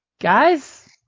guys